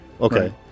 okay